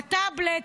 הטאבלט,